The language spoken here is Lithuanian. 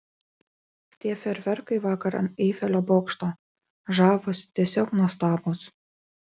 tie fejerverkai vakar ant eifelio bokšto žavūs tiesiog nuostabūs